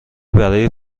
برای